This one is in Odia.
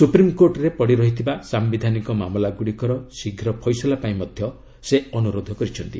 ସୁପ୍ରିମକୋର୍ଟରେ ପଡି ରହିଥିବା ସାୟିଧାନିକ ମାମଲା ଗୁଡ଼ିକର ଶୀଘ୍ର ଫଇସଲା ପାଇଁ ମଧ୍ୟ ସେ ଅନୁରୋଧ କରିଛନ୍ତି